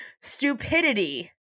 stupidity